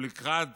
ולקראת